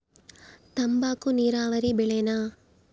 ತಂಬಾಕು ನೇರಾವರಿ ಬೆಳೆನಾ?